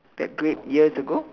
that great years ago